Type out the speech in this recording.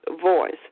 voice